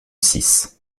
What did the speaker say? six